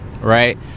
right